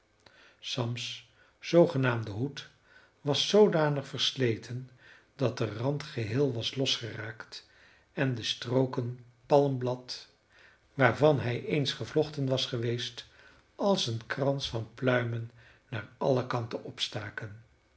sams zoogenaamde hoed was zoodanig versleten dat de rand geheel was losgeraakt en de strooken palmblad waarvan hij eens gevlochten was geweest als een krans van pluimen naar alle kanten opstaken